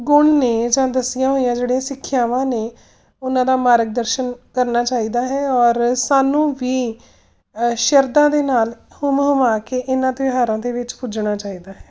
ਗੁਣ ਨੇ ਜਾਂ ਦੱਸੀਆਂ ਹੋਈਆਂ ਜਿਹੜੀਆਂ ਸਿੱਖਿਆਵਾਂ ਨੇ ਉਹਨਾਂ ਦਾ ਮਾਰਗ ਦਰਸ਼ਨ ਕਰਨਾ ਚਾਹੀਦਾ ਹੈ ਔਰ ਸਾਨੂੰ ਵੀ ਸ਼ਰਧਾ ਦੇ ਨਾਲ ਹੁੰਮ ਹੁੰਮਾ ਕੇ ਇਹਨਾਂ ਤਿਉਹਾਰਾਂ ਦੇ ਵਿੱਚ ਪੁੱਜਣਾ ਚਾਹੀਦਾ ਹੈ